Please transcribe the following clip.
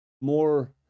more